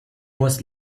was